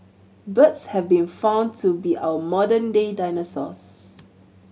birds have been found to be our modern day dinosaurs